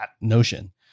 notion